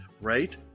right